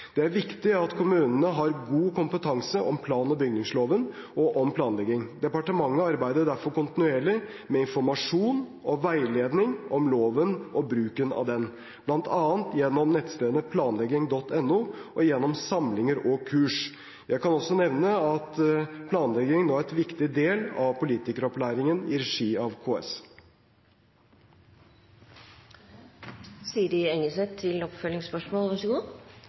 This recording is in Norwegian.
Det er viktig at kommunene har god kompetanse om plan- og bygningsloven og om planlegging. Departementet arbeider derfor kontinuerlig med informasjon og veiledning om loven og bruken av den, bl.a. gjennom nettstedet planlegging.no og gjennom samlinger og kurs. Jeg kan også nevne at planlegging nå er en viktig del av politikeropplæringen i regi av